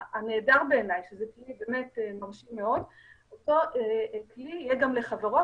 אנחנו רוצים להקנות לאזרחים הוותיקים בחברה